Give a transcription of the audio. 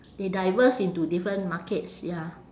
they diverse into different markets ya